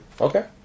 Okay